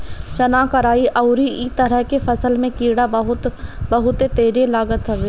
चना, कराई अउरी इ तरह के फसल में कीड़ा बहुते तेज लागत हवे